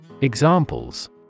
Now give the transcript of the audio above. Examples